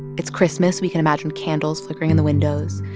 it's christmas. we can imagine candles flickering in the windows.